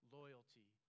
loyalty